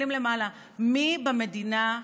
מסתכלים למעלה מי במדינה,